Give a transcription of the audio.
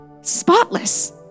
spotless